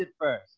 first